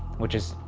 which is,